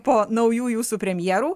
po naujųjų su premjeru